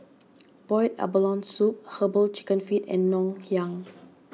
Boiled Abalone Soup Herbal Chicken Feet and Ngoh Hiang